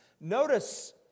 notice